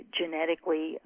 genetically